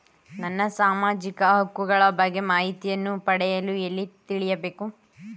ನಮ್ಮ ಸಾಮಾಜಿಕ ಹಕ್ಕುಗಳ ಬಗ್ಗೆ ಮಾಹಿತಿಯನ್ನು ಪಡೆಯಲು ಎಲ್ಲಿ ತಿಳಿಯಬೇಕು?